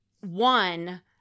one